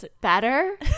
better